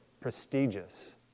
prestigious